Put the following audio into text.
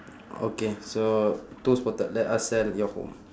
okay so two spotted let us sell your home